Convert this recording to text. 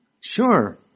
Sure